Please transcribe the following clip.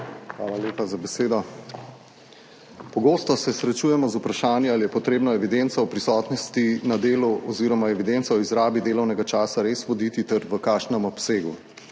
Hvala lepa za besedo. Pogosto se srečujemo z vprašanji, ali je res treba voditi evidenco o prisotnosti na delu oziroma evidenco o izrabi delovnega časa ter v kakšnem obsegu.